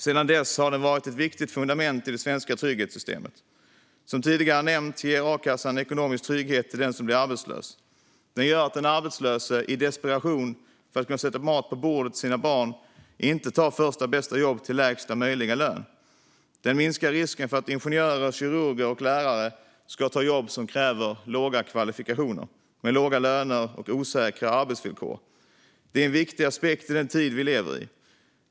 Sedan dess har den varit ett viktigt fundament i det svenska trygghetssystemet. Som tidigare nämnts ger a-kassan ekonomisk trygghet till den som blir arbetslös. Den gör att den arbetslöse inte i desperation tar första bästa jobb till lägsta möjliga lön för att kunna sätta mat på bordet till sina barn. Den minskar risken för att ingenjörer, kirurger och lärare ska ta jobb som kräver låga kvalifikationer med låga löner och osäkra arbetsvillkor. Det är en viktig aspekt i den tid vi lever i.